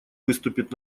выступит